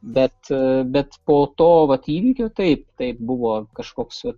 bet bet po to vat įvykio taip taip buvo kažkoks